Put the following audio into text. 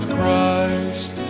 Christ